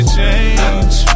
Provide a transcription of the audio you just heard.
change